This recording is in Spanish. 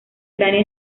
cráneo